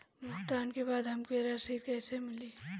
भुगतान के बाद हमके रसीद कईसे मिली?